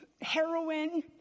heroin